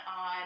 on